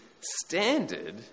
standard